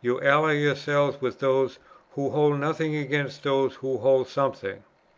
you ally yourselves with those who hold nothing against those who hold something.